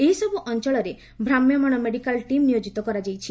ଏହିସବୂ ଅଞ୍ଚଳରେ ଭ୍ରାମ୍ୟମାଣ medical team ନିୟୋଜିତ କରାଯାଇଛି